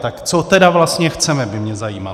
Tak co tedy vlastně chceme, by mě zajímalo.